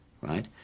right